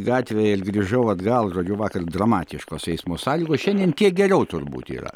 gatvę ir grįžau atgal žodžiu vakar dramatiškos eismo sąlygos šiandien kiek geriau turbūt yra